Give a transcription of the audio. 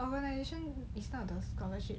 organisation is not the scholarship